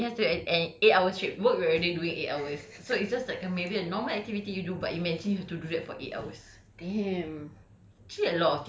but then it ya it has to be an an eight hour straight work we're already doing eight hours so it's just like err maybe a normal activity you do but imagine you have to do it for eight hours damn